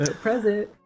Present